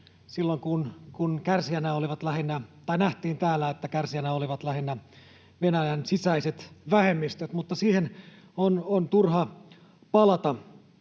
silloin, kun täällä nähtiin, että kärsijinä olivat lähinnä Venäjän sisäiset vähemmistöt. Mutta siihen on turha palata.